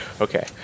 okay